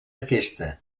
aquesta